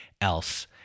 else